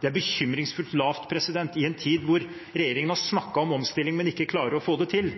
Det er bekymringsfullt lavt i en tid da regjeringen har snakket om omstilling, men ikke klarer å få det til.